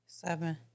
seven